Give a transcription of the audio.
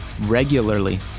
regularly